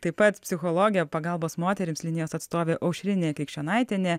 taip pat psichologė pagalbos moterims linijos atstovė aušrinė krikščionaitienė